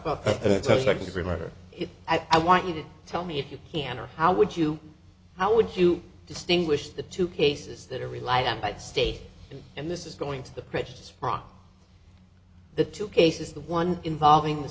second degree murder i want you to tell me if you can or how would you how would you distinguish the two cases that are relied on by the state and this is going to the pressures from the two cases the one involving the